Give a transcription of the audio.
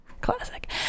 classic